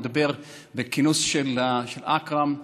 לדבר בכינוס של אכרם,